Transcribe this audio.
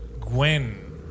Gwen